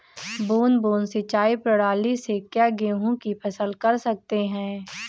बूंद बूंद सिंचाई प्रणाली से क्या गेहूँ की फसल कर सकते हैं?